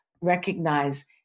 recognize